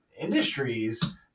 industries